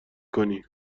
کنی